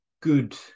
good